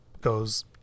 goes